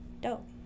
dope